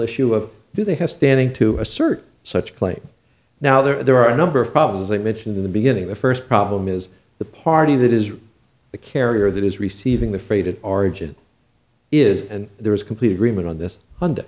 issue of do they have standing to assert such claims now there are a number of problems they mentioned in the beginning the first problem is the party that is the carrier that is receiving the freighted origin is and there is complete agreement on this fun